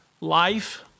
life